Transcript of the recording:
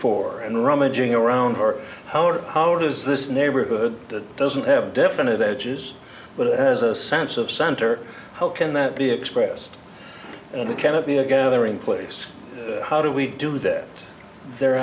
for and rummaging around or how or how does this neighborhood that doesn't have a definite edges but as a sense of center how can that be expressed in the can it be a gathering place how do we do that they're